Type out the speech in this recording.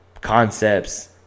concepts